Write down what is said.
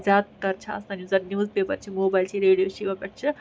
زیادٕ تَر چھِ آسان یُس زَن نِوٕز پیٚپَر چھِ موبایل چھِ ریٚڈیو چھِ یِمن پٮ۪ٹھ چھِ